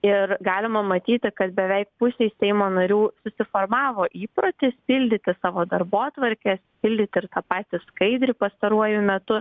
ir galima matyti kad beveik pusei seimo narių susiformavo įprotis pildyti savo darbotvarkes pildyt ir patį skaidrį pastaruoju metu